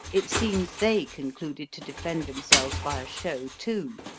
it seems they concluded to defend themselves by a show too,